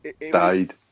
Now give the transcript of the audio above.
died